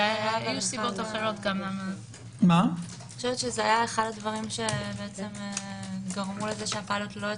זה אחד הדברים שגרמו לזה שהפילוט לא הצליח.